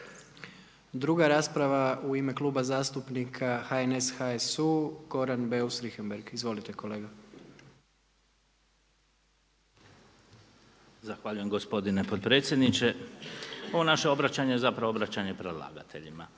Druga rasprava u ime Kluba zastupnika HNS, HSU Goran Beus Richembergh. Izvolite kolega. **Beus Richembergh, Goran (HNS)** Zahvaljujem gospodine potpredsjedniče. Ovo naše obraćanje je zapravo obraćanje predlagateljima.